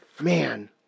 Man